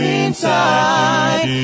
inside